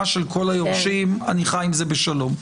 של כל היורשים אני חי עם זה בשלום.